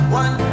one